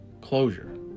closure